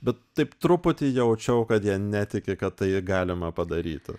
bet taip truputį jaučiau kad jie netiki kad tai galima padaryti